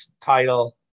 title